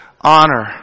honor